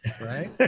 Right